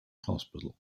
hospital